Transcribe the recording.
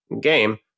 game